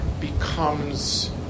becomes